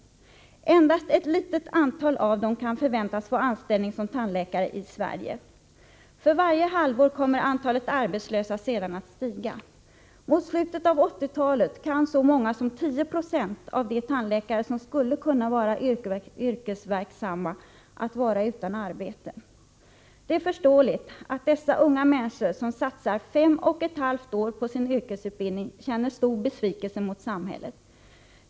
Endast ett litet antal av dem kan förväntas få anställning som tandläkare i Sverige. För varje halvår kommer antalet arbetslösa sedan att stiga. Mot slutet av 1980-talet kan så många som 10 20 av de tandläkare som skulle kunna vara yrkesverksamma vara utan arbete. Det är förståeligt att dessa unga människor, som satsat fem och ett halvt år på sin yrkesutbildning, känner stor besvikelse mot samhället.